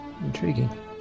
Intriguing